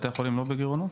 בתי החולים לא בגירעונות?